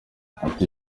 ati